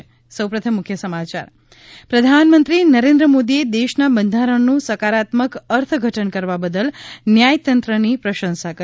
ે પ્રધાનમંત્રી નરેન્દ્રમોદીએ દેશના બંધારણનું સકારાત્મક અર્થઘટન કરવા બદલ ન્યાયતંત્રની પ્રશંસા કરી